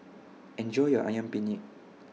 Enjoy your Ayam Penyet